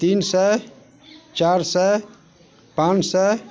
तीन सए चारि सए पाँच सए